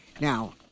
Now